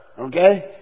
okay